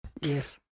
Yes